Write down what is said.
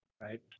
Right